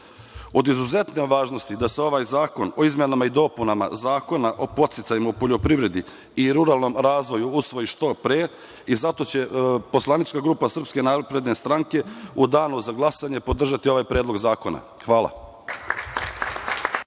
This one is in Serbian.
izuzetne je važnosti da se ovaj zakon o izmenama i dopunama Zakona o podsticajima u poljoprivredi i ruralnom razvoju usvoji što pre i zato će poslanička grupa SNS u danu za glasanje podržati ovaj predlog zakona. Hvala.